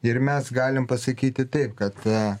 ir mes galim pasakyti taip kad a